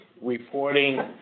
reporting